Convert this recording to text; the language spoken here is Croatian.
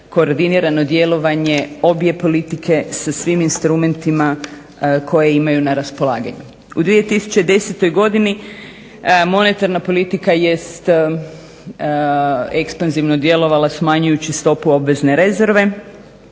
koordinirano djelovanje obje politike sa svim instrumentima koje imaju na raspolaganju. U 2010. godini monetarna politika jest ekspanzivno djelovala smanjujući stopu obvezne rezerve.